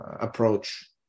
approach